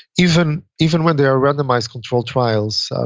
even even when they are randomized control trials,